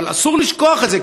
אבל אסור לשכוח את זה,